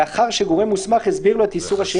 לאחר שגורם מוסמך הסביר לו את איסור השהייה